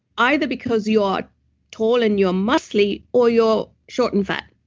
either because you are tall and you're mostly or you're short and fat.